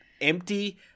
empty